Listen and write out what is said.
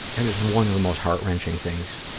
and is one of the most heart-wrenching things